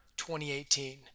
2018